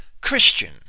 Christian